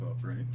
right